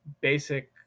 basic